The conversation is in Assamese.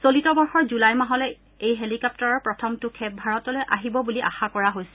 চলিত বৰ্ষৰ জুলাই মাহলৈ এই হেলিকপ্তাৰৰ প্ৰথমটো ক্ষেপ ভাৰতলৈ আহিব বুলি আশা কৰা হৈছে